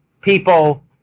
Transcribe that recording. people